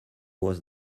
was